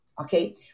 okay